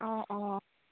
অঁ অঁ